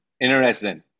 Interesting